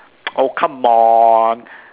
oh come on